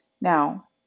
now